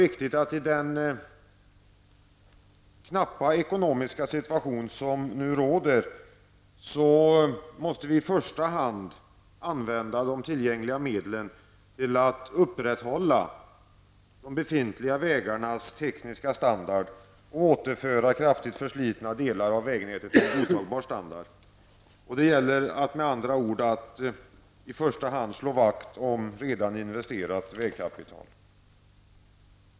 I den knappa ekonomiska situation som nu råder tror jag att det är viktigt att i första hand använda de tillgängliga medlen till att upprätthålla de nuvarande vägarnas tekniska standard och att återföra kraftigt förslitna delar av vägnätet till en godtagbar standard. Det gäller med andra ord att slå vakt om i första hand redan investerat vägkapital.